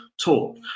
talk